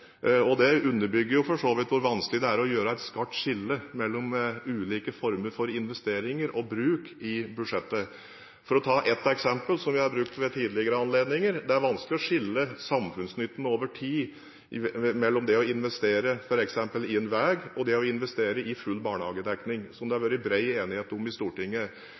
det er jo den reelle diskusjonen. Det underbygger jo for så vidt hvor vanskelig det er å gjøre et skarpt skille mellom ulike former for investeringer og bruk i budsjettet. For å ta et eksempel som jeg har brukt ved tidligere anledninger: Det er vanskelig over tid å skille mellom samfunnsnytten i det å investere f.eks. i en veg og det å investere i full barnehagedekning, som det har vært bred enighet om i Stortinget.